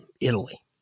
Italy